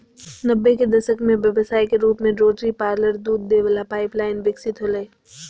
नब्बे के दशक में व्यवसाय के रूप में रोटरी पार्लर दूध दे वला पाइप लाइन विकसित होलय